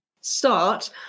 start